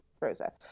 Rosa